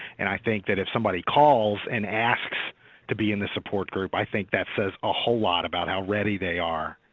and i think that if somebody calls and asks to be in the support group, i think that says a whole lot about how ready they are